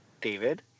David